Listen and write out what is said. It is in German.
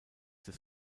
des